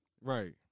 Right